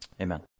Amen